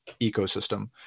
ecosystem